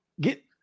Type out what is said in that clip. get